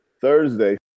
Thursday